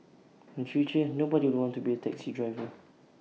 in future nobody will want to be A taxi driver